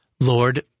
Lord